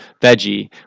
veggie